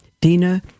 Dina